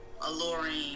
alluring